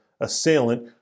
assailant